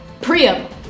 Priam